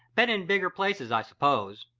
been in bigger places, i suppose,